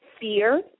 fear